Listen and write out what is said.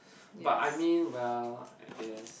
but I mean well I guess